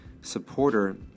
supporter